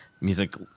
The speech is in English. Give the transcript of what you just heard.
music